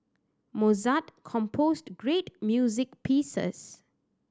mozart composed great music pieces